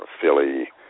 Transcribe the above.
Philly